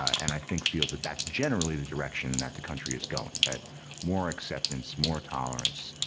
and i think feels that that's generally the direction that the country is going, that more acceptance, more tolerance,